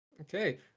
Okay